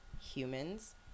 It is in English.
humans